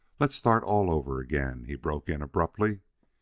let's start all over again, he broke in abruptly.